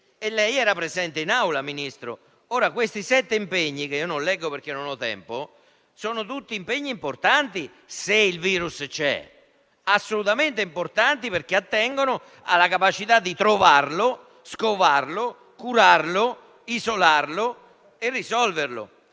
lei era presente in Aula. Questi sette impegni, che non leggo perché non ho tempo, sono tutti importanti se il virus c'è: ripeto, sono assolutamente importanti perché attengono alla capacità di trovarlo, scovarlo, curarlo, isolarlo e risolverlo.